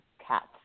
cats